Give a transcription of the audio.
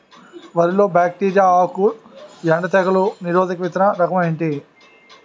వరి లో బ్యాక్టీరియల్ ఆకు ఎండు తెగులు నిరోధక విత్తన రకం ఏంటి?